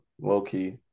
Low-key